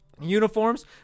uniforms